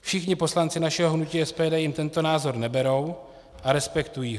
Všichni poslanci našeho hnutí SPD jim tento názor neberou a respektují ho.